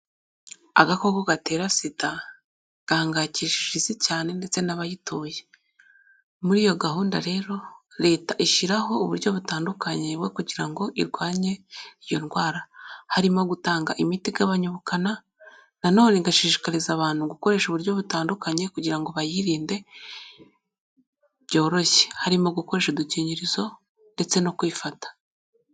Agakoko gatera SIDA gahangayikishije isi cyane ndetse n'abayituye. Muri iyo gahunda rero, Leta ishyiraho uburyo butandukanye bwo kugira ngo irwanye iyo ndwara, harimo gutanga imiti igabanya ubukana, nanone igashishikariza abantu gukoresha uburyo butandukanye kugira ngo bayirinde byoroshye, harimo gukoresha udukingirizo ndetse no kwifata.